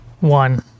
One